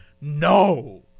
no